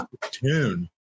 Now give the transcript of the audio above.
tune